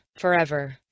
forever